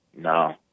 No